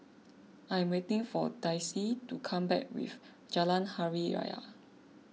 I'm waiting for Daisie to come back with Jalan Hari Raya